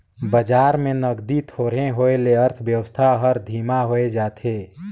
बजार में नगदी थोरहें होए ले अर्थबेवस्था हर धीमा होए जाथे